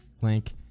link